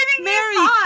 Mary